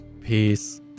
Peace